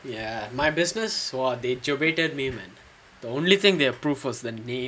ya my business !wah! they me man the only thing they approved was the name